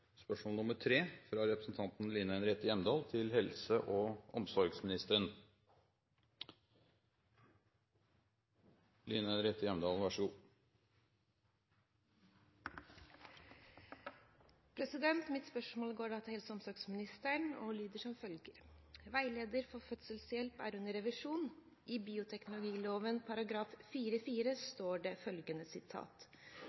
spørsmål går til helse- og omsorgsministeren og lyder som følger: «Veileder for fødselshjelp er under revisjon. I bioteknologiloven